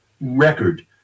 record